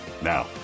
Now